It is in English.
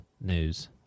news